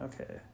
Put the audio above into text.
Okay